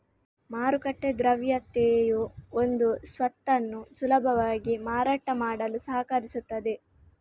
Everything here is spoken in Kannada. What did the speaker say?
ಮಾರುಕಟ್ಟೆ ದ್ರವ್ಯತೆಯು ಒಂದು ಸ್ವತ್ತನ್ನು ಸುಲಭವಾಗಿ ಮಾರಾಟ ಮಾಡಲು ಸಹಕರಿಸುತ್ತದೆ